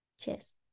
Cheers